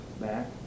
back